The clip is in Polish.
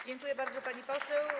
Dziękuję bardzo, pani poseł.